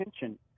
attention